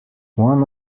one